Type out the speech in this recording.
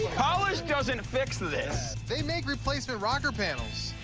polish doesn't fix this. they make replacement rocker panels.